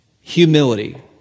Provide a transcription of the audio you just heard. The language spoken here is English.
humility